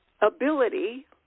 ability